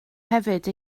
hefyd